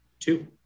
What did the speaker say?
Two